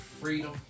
freedom